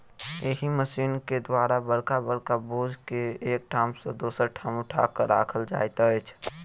एहि मशीन के द्वारा बड़का बड़का बोझ के एक ठाम सॅ दोसर ठाम उठा क राखल जाइत अछि